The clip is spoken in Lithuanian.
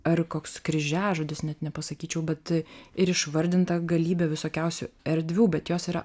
ar koks kryžiažodis net nepasakyčiau bet ir išvardinta galybė visokiausių erdvių bet jos yra